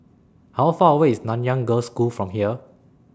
How Far away IS Nanyang Girls' High School from here